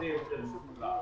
הרבה יותר גבוהה.